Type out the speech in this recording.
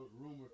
rumor